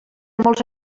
molts